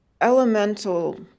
elemental